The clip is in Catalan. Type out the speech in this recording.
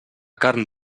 carn